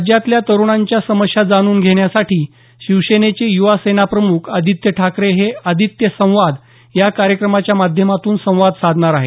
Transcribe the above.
राज्यातल्या तरूणांच्या समस्या जाणून घेण्यासाठी शिवसेनेचे युवा सेना प्रमुख आदित्य ठाकरे हे आदित्य संवाद या कार्यक्रमाच्या माध्यमातून संवाद साधणार आहेत